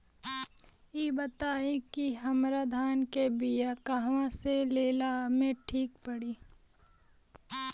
इ बताईं की हमरा धान के बिया कहवा से लेला मे ठीक पड़ी?